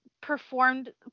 Performed